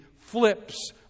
flips